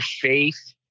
faith